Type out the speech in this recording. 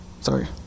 Sorry